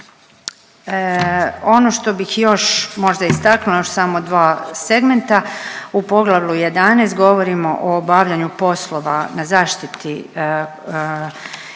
Ono što bih još možda istaknula, još samo dva segmenta. U poglavlju 11. govorimo o obavljanju poslova na zaštiti i